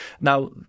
Now